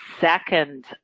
second